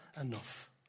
enough